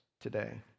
today